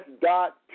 dot